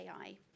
AI